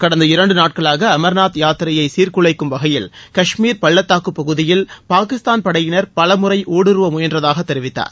கடந்த இரண்டு நாட்களாக அமர்நாத் யாத்திரையை சீர்குலைக்கும் வகையில் காஷ்மீர் பள்ளத்தாக்கு பகுதியில் பாகிஸ்தான் படையினர் பலமுறை ஊடுருவ முயன்றதாக தெரிவித்தார்